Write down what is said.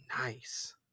nice